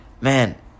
man